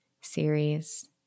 series